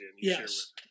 Yes